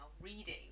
reading